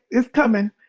it's coming.